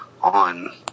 on